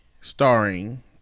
starring